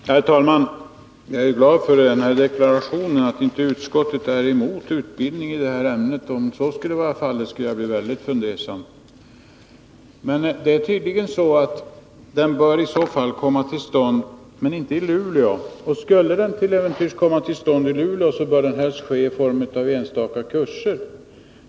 Herr talman! Jag är glad för deklarationen att utskottet inte är emot utbildning i detta ämne. Om utskottet vore emot utbildning skulle jag bli mycket fundersam. Enligt utskottet bör tydligen utbildningen i fråga komma till stånd, men inte i Luleå. Och skulle den till äventyrs komma till stånd i Luleå, så bör den bedrivas i form av enstaka kurser.